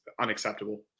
unacceptable